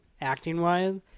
acting-wise